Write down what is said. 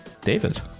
David